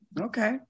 Okay